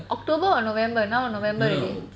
october or november now november already